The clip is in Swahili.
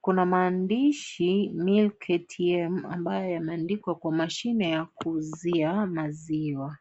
kuna maandishi milk atm ambayo yameandikwa kwa mashine ya kuuzia maziwa.